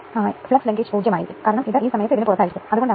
985 W c 1200 ആയിരിക്കണം ഇത് സമവാക്യം 1 ആണ്